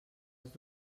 els